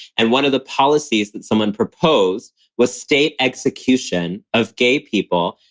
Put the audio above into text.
and one of the policies that someone proposed was state execution of gay people,